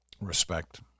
Respect